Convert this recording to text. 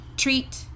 treat